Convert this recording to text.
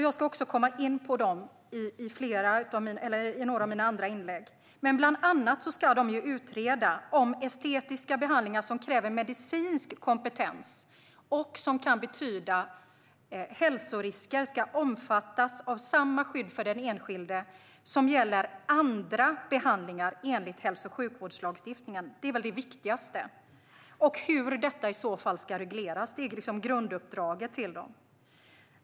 Jag ska komma in på dem i några av mina andra inlägg, men de ska bland annat utreda om estetiska behandlingar som kräver medicinsk kompetens och som kan betyda hälsorisker ska omfattas av samma skydd för den enskilde som gäller för andra behandlingar enligt hälso och sjukvårdslagstiftningen. Detta var det viktigaste. Hur det i så fall ska regleras är grunduppdraget till dem.